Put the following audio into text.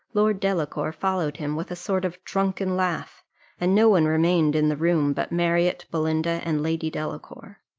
lord delacour followed him with a sort of drunken laugh and no one remained in the room but marriott, belinda, and lady delacour.